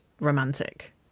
romantic